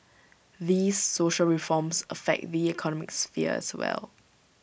these social reforms affect the economic sphere as well